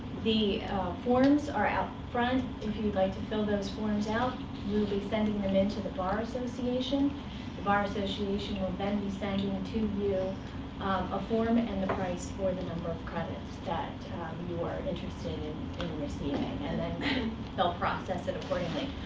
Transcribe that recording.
the forms are out front. if you'd like to fill those forms out, we will be sending them in to the bar association. the bar association then be sending to you a form, and the price, for the number of credits that you are interested in receiving. and then they'll process it accordingly.